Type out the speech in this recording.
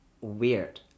weird